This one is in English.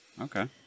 Okay